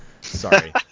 sorry